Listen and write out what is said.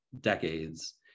decades